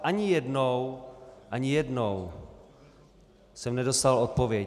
Ani jednou ani jednou jsem nedostal odpověď.